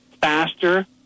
faster